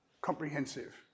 comprehensive